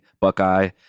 Buckeye